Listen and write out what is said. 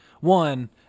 one